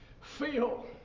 feel